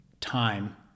time